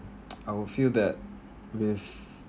I would feel that with